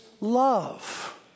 love